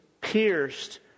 pierced